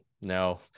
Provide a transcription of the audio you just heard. No